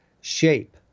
shape